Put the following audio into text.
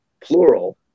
plural